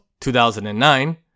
2009